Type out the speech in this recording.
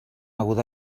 aguda